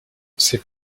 c’est